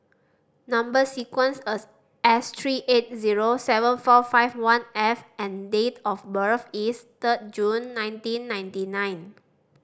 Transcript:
number sequence S three eight zero seven four five one F and date of birth is third June nineteen ninety nine